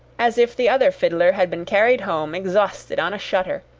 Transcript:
as if the other fiddler had been carried home, exhausted, on a shutter,